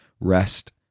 rest